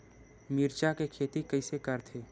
मिरचा के खेती कइसे करथे?